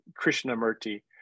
Krishnamurti